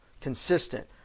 consistent